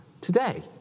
today